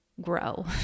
grow